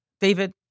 David